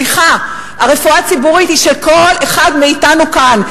סליחה, הרפואה הציבורית היא של כל אחד מאתנו כאן.